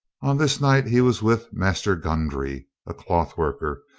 on this night he was with master goundrey, a cloth worker,